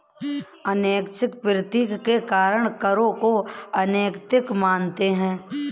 अनैच्छिक प्रकृति के कारण करों को अनैतिक मानते हैं